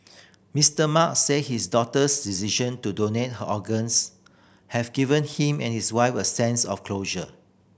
Mister Mark said his daughter's decision to donate her organs have given him and his wife a sense of closure